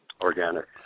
Organic